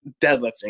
deadlifting